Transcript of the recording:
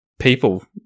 People